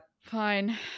Fine